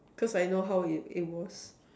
cause I know how it was